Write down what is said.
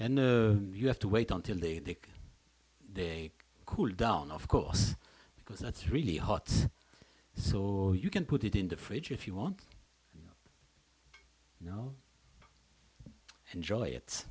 and you have to wait until the day cool down of course because it's really hot so you can put it in the fridge if you want you know enjoy it